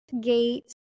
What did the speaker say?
gate